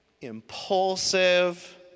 impulsive